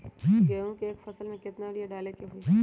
गेंहू के एक फसल में यूरिया केतना बार डाले के होई?